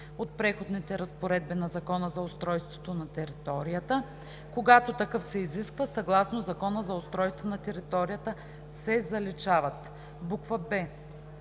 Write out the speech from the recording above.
от предходните разпоредби на Закона за устройството на територията, когато такъв се изисква съгласно Закона за устройството на територията“ се заличават; б)